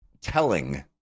telling